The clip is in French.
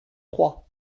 trois